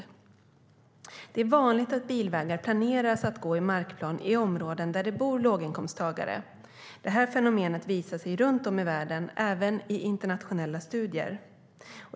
Det är vanligt att bilvägar planeras att gå i markplan i områden där det bor låginkomsttagare. Detta fenomen visar sig runt om i världen i internationella studier.